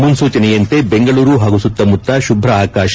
ಮುನ್ನೂಚನೆಯಂತೆ ಬೆಂಗಳೂರು ಹಾಗೂ ಸುತ್ತಮುತ್ತ ಶುಭ್ರ ಆಕಾಶ